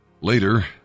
Later